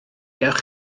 gewch